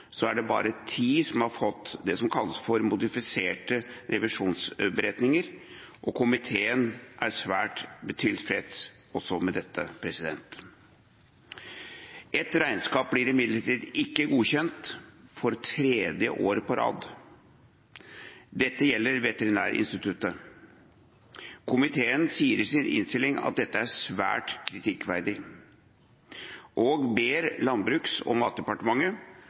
er gjennomgått, er det bare ti som har fått det som kalles for modifiserte revisjonsberetninger. Komiteen er svært tilfreds også med dette. Ett regnskap blir imidlertid ikke godkjent for tredje året på rad. Dette gjelder Veterinærinstituttet. Komiteen sier i sin innstilling at dette er svært kritikkverdig, og ber Landbruks- og matdepartementet